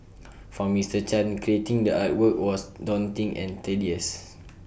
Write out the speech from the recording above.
for Mister chan creating the artwork was daunting and tedious